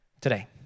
today